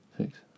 six